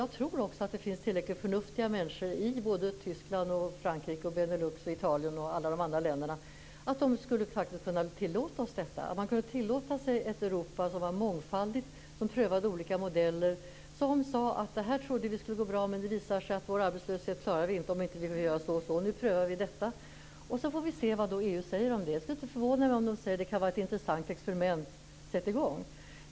Jag tror också att det finns tillräckligt förnuftiga människor i Tyskland, Frankrike, Benelux, Italien och alla de andra länderna för att faktiskt tillåta oss detta. Man skulle kunna tillåta sig ett Europa som var mångfaldigt, som prövade olika modeller, som sade att det här trodde vi skulle gå bra, men det visade sig att vi inte klarar vår arbetslöshet om vi vill göra så och så. Nu prövar vi detta. Vi får se vad EU säger om det. Det skulle inte förvåna mig om de säger: Det kan vara ett intressant experiment. Sätt i gång!